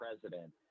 president